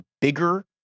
bigger